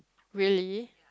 really